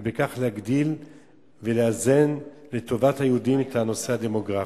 ובכך להגדיל ולאזן לטובת היהודים את הנושא הדמוגרפי.